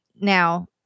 now